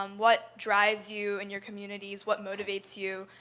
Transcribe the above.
um what drives you in your communities? what motivates you?